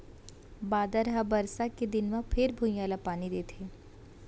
बादर ह बरसा के दिन म फेर भुइंया ल पानी देथे